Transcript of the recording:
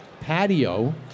patio